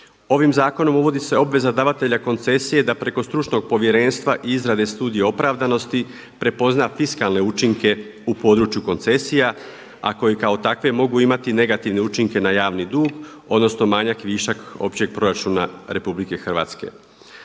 Ovim zakonom uvodi se obveza davatelja koncesije da preko stručnog povjerenstva i izrade Studije opravdanosti prepozna fiskalne učinke u području koncesija, a koje kao takve mogu imati negativne učinke na javni dug, odnosno manjak, višak općeg proračuna RH. Na ovaj